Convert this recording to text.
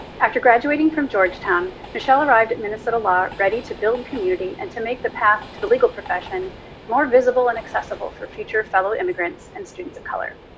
after graduating from georgetown, michelle arrived at minnesota law ready to build community and to make the path to the legal profession more visible and accessible for future fellow immigrants and students of color.